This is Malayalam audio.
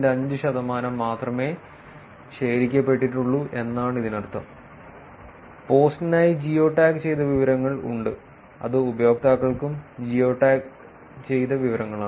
5 ശതമാനം മാത്രമേ ശേഖരിക്കപ്പെട്ടിട്ടുള്ളൂ എന്നാണ് ഇതിനർത്ഥം പോസ്റ്റിനായി ജിയോടാഗ് ചെയ്ത വിവരങ്ങൾ ഉണ്ട് അത് ഉപയോക്താക്കൾക്കും ജിയോടാഗ് ചെയ്ത വിവരങ്ങളാണ്